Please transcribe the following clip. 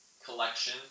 Collection